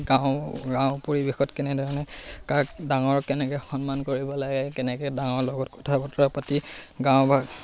গাঁও গাঁও পৰিৱেশত কেনেধৰণে কাক ডাঙৰ কেনেকৈ সন্মান কৰিব লাগে কেনেকৈ ডাঙৰ লগত কথা বতৰা পাতি গাঁও বা